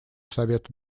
совету